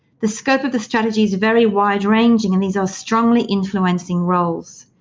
the scope of the strategy is very wide ranging and these are strongly influencing roles.